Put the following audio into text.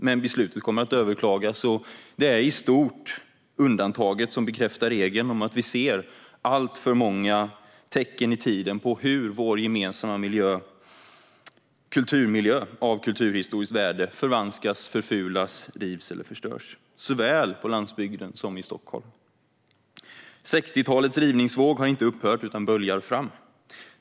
Men beslutet kommer att överklagas. Detta är i stort undantaget som bekräftar regeln om att vi ser alltför många tecken i tiden på hur vår gemensamma kulturmiljö av kulturhistoriskt värde förvanskas, förfulas, rivs eller förstörs, såväl på landsbygden som i Stockholm. 1960-talets rivningsvåg har inte upphört utan böljar fram.